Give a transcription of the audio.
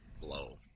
Blow